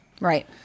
Right